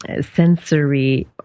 sensory